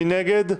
מי נגד?